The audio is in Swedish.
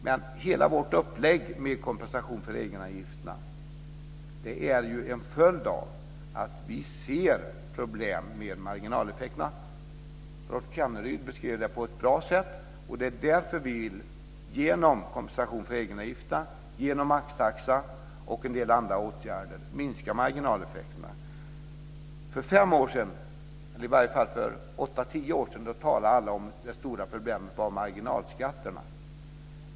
Men hela vårt upplägg med kompensation för egenavgifterna är ju en följd av att vi ser problem med marginaleffekterna, och Rolf Kenneryd beskrev det på ett bra sätt. Det är därför som vi genom kompensation för egenavgifterna, genom maxtaxa och en del andra åtgärder vill minska marginaleffekterna. För åtta tio år sedan talade alla om det stora problemet med marginalskatterna.